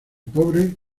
pobre